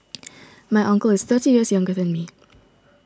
my uncle is thirty years younger than me